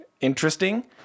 interesting